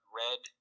red